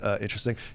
interesting